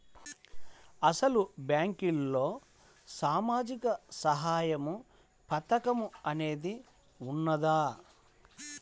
అసలు బ్యాంక్లో సామాజిక సహాయం పథకం అనేది వున్నదా?